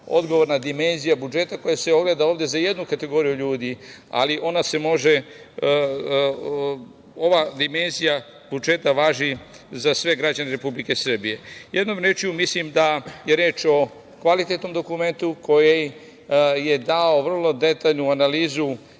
odgovorna dimenzija budžeta koja se ogleda ovde za jednu kategoriju ljudi, ali ova dimenzija budžeta važi za sve građane Republike Srbije. Jednom rečju, mislim da je reč o kvalitetnom dokumentu koji je dao vrlo detaljnu analizu